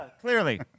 clearly